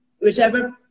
whichever